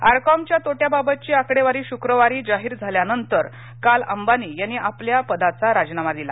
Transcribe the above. R कॉमच्या तोट्याबाबतची आकडेवारी शुक्रवारी जाहीर झाल्यानंतर काल अंबानी यांनी आपला राजीनामा सादर केला